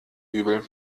übel